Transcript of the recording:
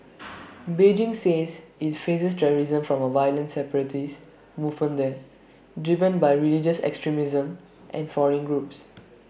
Beijing says IT faces terrorism from A violent separatist movement there driven by religious extremism and foreign groups